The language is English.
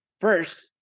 first